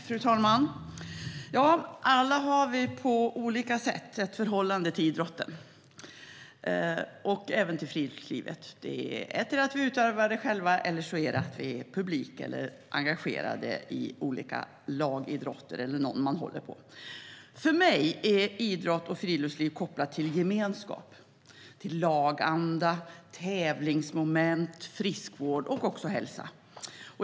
Fru talman! Alla har vi på olika sätt ett förhållande till idrott och friluftsliv. Antingen utövar vi själva idrott eller också utgör vi publik eller är engagerade i olika lagidrotter. För mig är idrott och friluftsliv kopplat till gemenskap, laganda, tävlingsmoment, friskvård och hälsa.